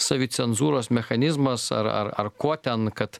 savicenzūros mechanizmas ar ar ar kuo ten kad